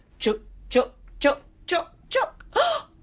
chuck chuck chuck chuck chuck. ah